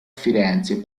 firenze